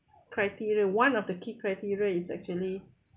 criteria one of the key criteria is actually